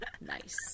Nice